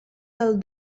del